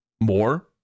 more